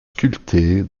sculptée